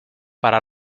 para